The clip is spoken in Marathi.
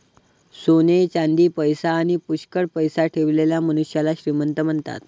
सोने चांदी, पैसा आणी पुष्कळ पैसा ठेवलेल्या मनुष्याला श्रीमंत म्हणतात